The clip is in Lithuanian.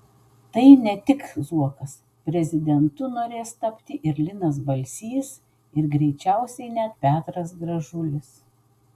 tai ne tik zuokas prezidentu norės tapti ir linas balsys ir greičiausiai net petras gražulis